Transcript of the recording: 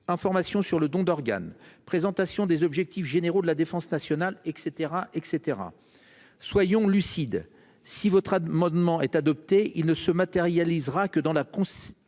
Information sur le don d'organes. Présentation des objectifs généraux de la défense nationale et caetera et caetera. Soyons lucides, si votre amendement est adopté, il ne se matérialisera que dans la. La consécration